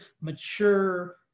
mature